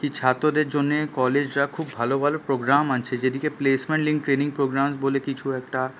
কি ছাত্রদের জন্যে কলেজরা খুব ভালো ভালো প্রোগ্রাম আনছে যেদিকে প্লেসমেন্ট লিঙ্ক ট্রেনিং প্রোগ্রাম বলে কিছু একটা